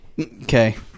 Okay